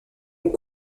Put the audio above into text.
ont